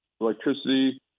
electricity